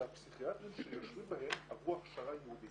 שהפסיכיאטרים שיושבים בהן עברו הכשרה ייעודית.